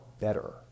better